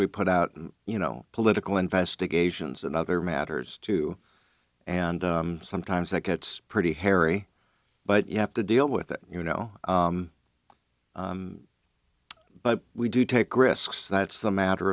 we put out you know political investigations and other matters too and sometimes that gets pretty hairy but you have to deal with it you know but we do take risks that's the matter